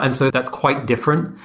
and so that's quite different.